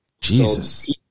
Jesus